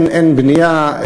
אין בנייה.